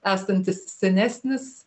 esantis senesnis